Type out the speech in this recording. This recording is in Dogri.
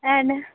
हैन